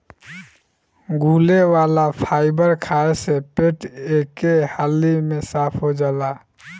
घुले वाला फाइबर खाए से पेट एके हाली में साफ़ हो जाला